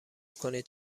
کنید